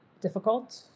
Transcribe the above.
difficult